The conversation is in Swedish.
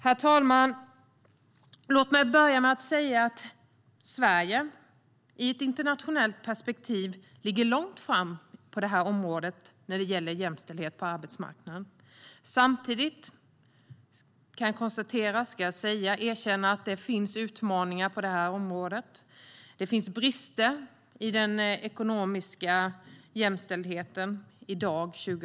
Herr talman! Låt mig börja med att säga att Sverige i ett internationellt perspektiv ligger långt fram när det gäller jämställdhet på arbetsmarknaden. Samtidigt ska jag erkänna att det finns utmaningar på området. Det finns i dag, 2015, brister i den ekonomiska jämställdheten.